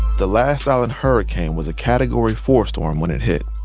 the last island hurricane was a category four storm when it hit.